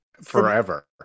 forever